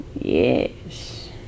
Yes